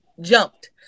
jumped